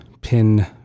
pin